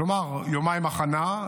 כלומר יומיים הכנה.